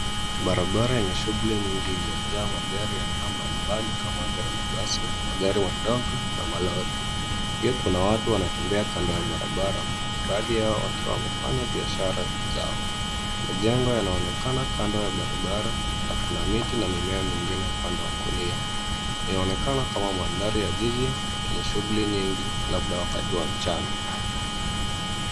Barabara yenye shughuli nyingi iliyojaa magari ya aina mbali mbali kama vile mabasi, magari madogo, na ma lori pia kuna watu wanatembea kando ya barabara baadhi yao wakiwa wamefanya biashara zao. Majengo yanaonekana kando ya barabara na kuna miti na mimea mingine upande wa kulia, inaonekana kama mandhari ya jiji yenye shughuli nyingi labda wakati wa mchana.